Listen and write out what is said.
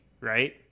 right